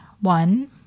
One